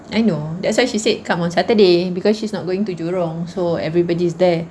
I know that's why she said come on saturday because she's not going to jurong so everybody's there